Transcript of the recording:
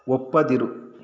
ಒಪ್ಪದಿರು